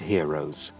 Heroes